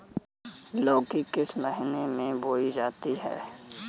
लौकी किस महीने में बोई जाती है?